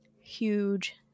huge